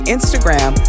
Instagram